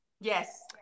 Yes